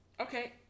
okay